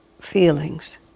feelings